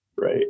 Right